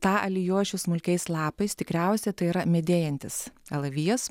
tą alijošių smulkiais lapais tikriausia tai yra medėjantis alavijas